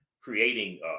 creating